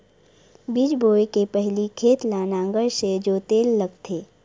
बीज बोय के पहिली खेत ल नांगर से जोतेल लगथे?